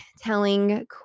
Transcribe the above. telling